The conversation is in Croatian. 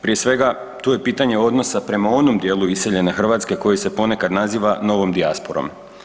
Prije svega, tu je pitanje odnosa prema onom djelu iseljene Hrvatske koji se ponekad naziva novom dijasporom.